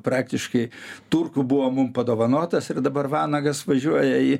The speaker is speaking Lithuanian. praktiškai turkų buvo mum padovanotas ir dabar vanagas važiuoja į